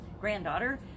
granddaughter